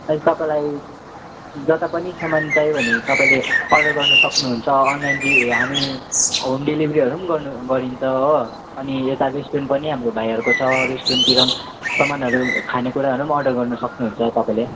तपाईँलाई जता पनि सामान चाहियो भने तपाईँले अर्डर गर्न सक्नुहुन्छ अनलाइन डि हामी होम डिलिभेरीहरू पनि गरिन्छ हो अनि यता रेस्ट्रुरेन्ट पनि हाम्रो भाइहरूको छ रेस्ट्रुरेन्टतिर पनि सामानहरू खानेकुराहरू पनि अर्डर गर्नु सक्नुहुन्छ तपाईँले